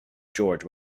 george